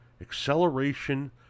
Acceleration